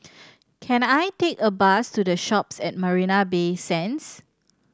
can I take a bus to The Shoppes at Marina Bay Sands